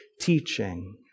teaching